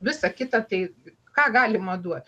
visa kita tai ką galima duoti